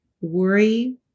worry